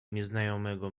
nieznajomego